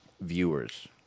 viewers